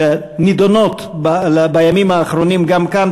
שנדונות בימים האחרונים גם כאן,